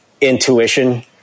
intuition